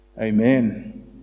Amen